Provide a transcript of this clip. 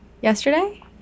yesterday